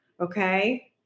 okay